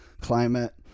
climate